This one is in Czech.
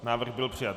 Návrh byl přijat.